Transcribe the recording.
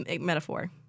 metaphor